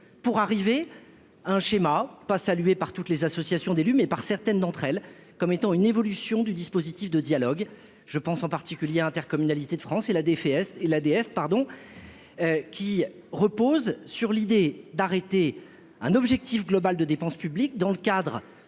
pour arriver un schéma pas saluée par toutes les associations d'élus mais par certaines d'entre elles comme étant une évolution du dispositif de dialogue, je pense en particulier intercommunalité de France et la défaite et l'ADF, pardon, qui repose sur l'idée d'arrêter un objectif global de dépenses publiques dans le cadre